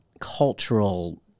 cultural